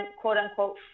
quote-unquote